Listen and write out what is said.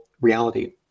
reality